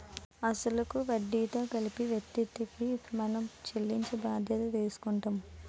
అసలు కు వడ్డీతో కలిపి వ్యక్తికి మనం చెల్లించే బాధ్యత తీసుకుంటాం